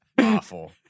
awful